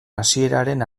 hasieraren